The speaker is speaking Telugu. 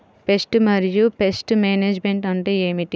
పెస్ట్ మరియు పెస్ట్ మేనేజ్మెంట్ అంటే ఏమిటి?